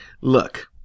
look